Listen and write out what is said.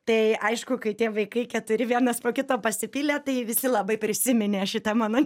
tai aišku kai tie vaikai keturi vienas po kito pasipylė tai visi labai prisiminė šitą mano